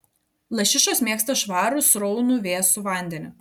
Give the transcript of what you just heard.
lašišos mėgsta švarų sraunų vėsų vandenį